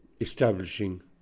establishing